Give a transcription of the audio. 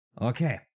Okay